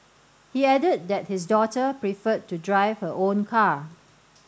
he added that his daughter preferred to drive her own car